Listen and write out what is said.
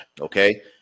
Okay